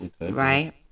Right